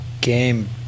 game